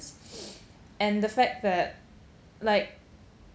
and the fact that like